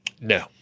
No